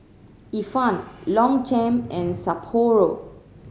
Ifan Longchamp and Sapporo